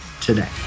today